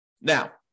Now